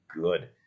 good